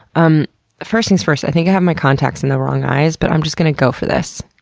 um first things first, i think i have my contacts in the wrong eyes, but i'm just gonna go for this.